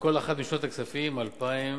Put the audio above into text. בכל אחת משנות הכספים 2011 ו-2012.